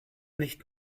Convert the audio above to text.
nicht